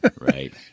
Right